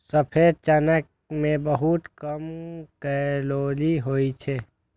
सफेद चना मे बहुत कम कैलोरी होइ छै